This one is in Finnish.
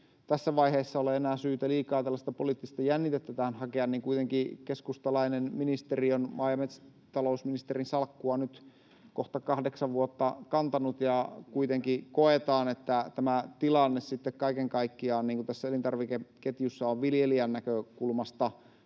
tässä vaiheessa ole enää syytä liikaa tällaista poliittista jännitettä tähän hakea — että keskustalainen ministeri on maa- ja metsätalousministerin salkkua nyt kohta kahdeksan vuotta kantanut ja kuitenkin koetaan, että tämä tilanne kaiken kaikkiaan tässä elintarvikeketjussa on viljelijän näkökulmasta